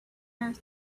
earth